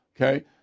okay